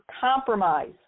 compromise